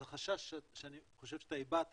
אז החשש שאני חושב שאתה הבעת